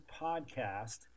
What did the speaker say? podcast